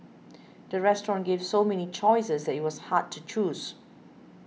the restaurant gave so many choices that it was hard to choose